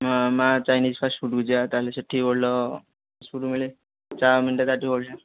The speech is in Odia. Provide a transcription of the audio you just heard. ମା' ଚାଇନିଜ୍ ଫାଷ୍ଟ୍ ଫୁଡ଼୍କୁ ଯିବା ତା'ହେଲେ ସେଠି ଭଲ ଫାଷ୍ଟ୍ ଫୁଡ୍ ମିଳେ ଚାଉମିନ୍ଟା ତାଠି ଟିକିଏ ବଢ଼ିଆ